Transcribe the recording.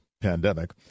pandemic